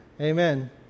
amen